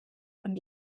und